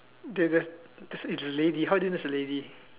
did the does the lady how do you know is a lady